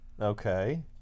Okay